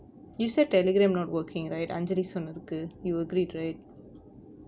you said telegram not working right until this anjali சொன்னதுக்கு:sonnathukku you agreed right